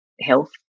health